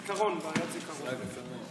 זיכרון, בעיית זיכרון.